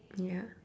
ya